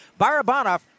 Barabanov